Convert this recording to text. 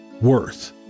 worth